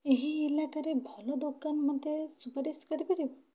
ଏହି ଇଲାକାରେ ଭଲ ଦୋକାନ ମୋତେ ସୁପାରିଶ୍ କରିପାରିବ